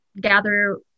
gather